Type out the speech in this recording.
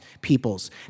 peoples